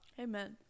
Amen